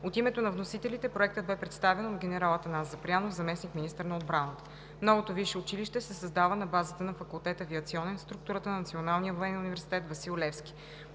От името на вносителите Проектът бе представен от генерал Атанас Запрянов, заместник-министър на отбраната. Новото висше училище се създава на базата на факултет „Авиационен“ в структурата на Националния военен университет „Васил Левски“.